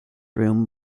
room